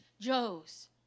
Joes